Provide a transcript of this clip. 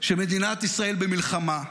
שמדינת ישראל במלחמה,